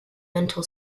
mental